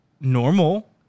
normal